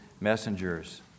messengers